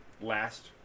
last